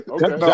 Okay